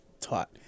taught